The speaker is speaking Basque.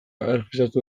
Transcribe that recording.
erregistratu